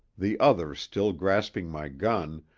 the other still grasping my gun,